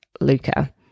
Luca